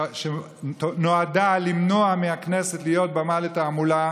שנועדה למנוע מהכנסת להיות במה לתעמולה.